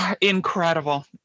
Incredible